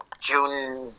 June